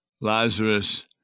Lazarus